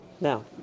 Now